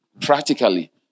Practically